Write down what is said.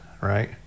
right